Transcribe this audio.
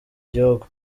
gihugu